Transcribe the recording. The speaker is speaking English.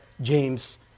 James